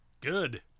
Good